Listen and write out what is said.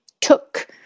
took